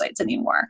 anymore